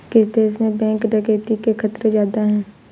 किस देश में बैंक डकैती के खतरे ज्यादा हैं?